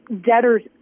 debtors